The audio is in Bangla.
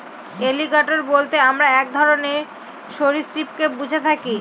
এলিগ্যাটোর বলতে আমরা এক ধরনের সরীসৃপকে বুঝে থাকি